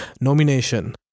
nomination